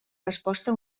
resposta